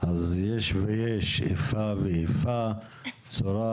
אז יש ויש איפה ואיפה בצורה